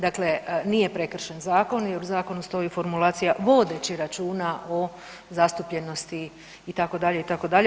Dakle, nije prekršen zakon jer u zakonu stoji formulacija vodeći računa o zastupljenosti itd., itd.